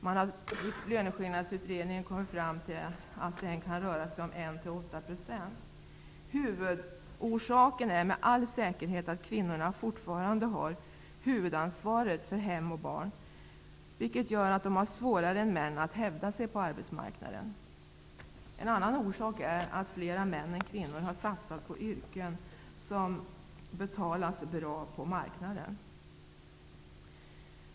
Man har i löneskillnadsutredningen kommit fram till att det kan röra sig om 1--8 %. Främsta orsaken är med all säkerhet att kvinnorna fortfarande har huvudansvaret för hem och barn, vilket gör att de har svårare än män att hävda sig på arbetsmarknaden. En annan orsak är att fler män än kvinnor har satsat på yrken som betalas bra på marknaden.